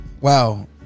wow